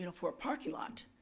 you know for a parking lot.